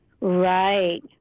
Right